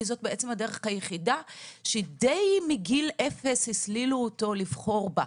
כי זאת בעצם הדרך היחידה שהסלילו אותו מגיל אפס לבחור בה.